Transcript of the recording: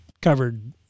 covered